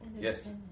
Yes